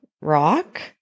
rock